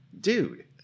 Dude